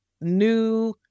new